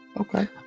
Okay